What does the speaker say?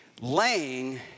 laying